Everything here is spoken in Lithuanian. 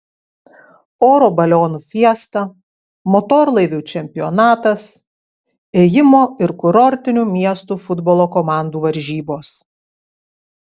oro balionų fiesta motorlaivių čempionatas ėjimo ir kurortinių miestų futbolo komandų varžybos